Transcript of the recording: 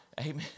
Amen